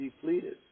depleted